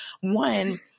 one-